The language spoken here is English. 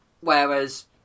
Whereas